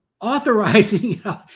authorizing